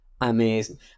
amazing